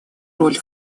роль